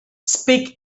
speak